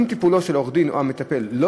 אם טיפולו של עורך-הדין או המטפל לא